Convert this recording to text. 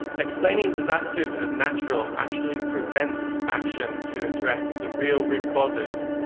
explaining disasters as natural actually prevents action to address the real root causes,